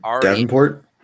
Davenport